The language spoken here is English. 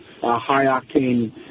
high-octane